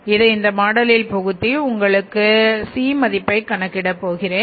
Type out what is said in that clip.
இதை இந்த மாடலில் புகுத்தி உங்களுக்குC மதிப்பை கணக்கிட போகிறேன்